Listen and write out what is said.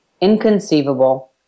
inconceivable